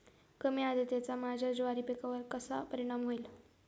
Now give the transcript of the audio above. कमी आर्द्रतेचा माझ्या ज्वारी पिकावर कसा परिणाम होईल?